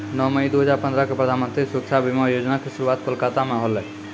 नौ मई दू हजार पंद्रह क प्रधानमन्त्री सुरक्षा बीमा योजना के शुरुआत कोलकाता मे होलै